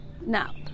now